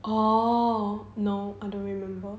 oh no I don't remember